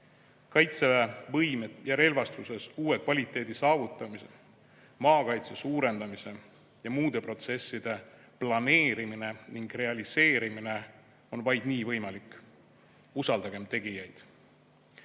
Kaitseväe võimed ja relvastuses uue kvaliteedi saavutamine, maakaitse suurendamine ja muude protsesside planeerimine ning realiseerimine on vaid nii võimalik. Usaldagem tegijaid! Sõda